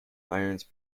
irons